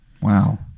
Wow